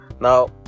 now